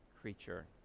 creature